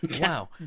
Wow